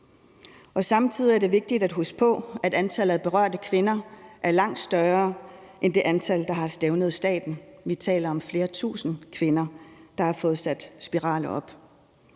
Samtidig er det vigtigt at huske på, at antallet af berørte kvinder er langt større end det antal, der har stævnet staten. Vi taler om flere tusind kvinder, der har fået sat spiraler op.